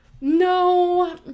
No